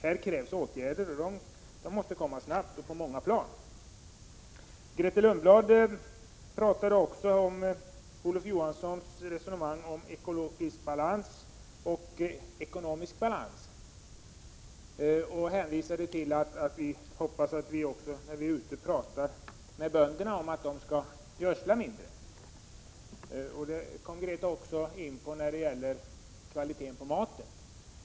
Här krävs åtgärder, och de måste vidtas snabbt och på många plan. Grethe Lundblad berörde också Olof Johanssons resonemang om ekologisk balans och ekonomisk balans. Hon hoppades att vi när vi är ute i landet talar med bönderna om att de skall gödsla mindre. Grethe Lundblad kom även in på kvaliteten på maten.